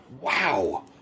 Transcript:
Wow